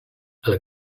ale